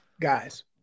Guys